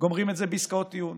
גומרים את זה בעסקאות טיעון